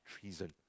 treason